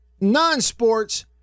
non-sports